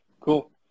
Cool